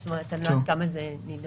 אז אני לא יודעת כמה זה נדון.